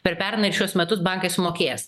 per pernai ir šiuos metus bankai sumokės